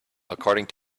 according